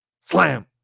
Slam